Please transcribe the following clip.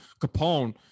Capone